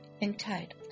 entitled